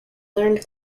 learned